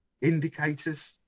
indicators